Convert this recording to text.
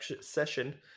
session